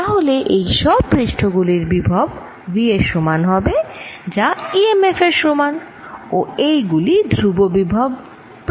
তাহলে এই সব পৃষ্ঠ গুলির বিভব V এর সমান হবে যা ইএম এফ এর সমান ও এই গুলি ধ্রুববিভব পৃষ্ঠ